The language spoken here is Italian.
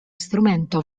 strumento